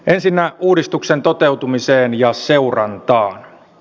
ensinnä uudistuksen toteutuminen ja seuranta